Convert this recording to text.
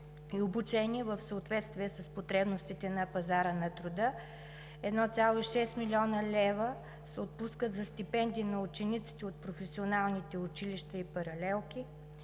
и обучение в съответствие с потребностите на пазара на труда, 1,6 млн. лв. се отпускат за стипендии на учениците от професионалните училища и паралелки.